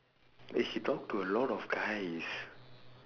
eh she talk to a lot of guys